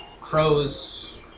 crows